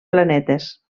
planetes